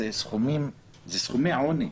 אלה סכומי עוני.